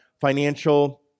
financial